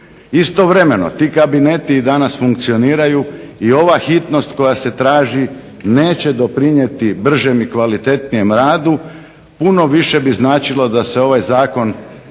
Istovremeno, ti kabineti i danas funkcioniraju i ova hitnost koja se traži neće doprinijeti bržem i kvalitetnijem radu, puno više bi značilo da se ovaj Zakon